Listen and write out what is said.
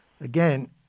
Again